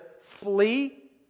flee